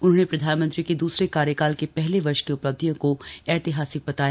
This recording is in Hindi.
उन्होंने प्रधानमंत्री के दूसरे कार्यकाल के पहले वर्ष की उपलब्धियों को ऐतिहासिक बताया